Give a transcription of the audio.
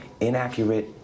inaccurate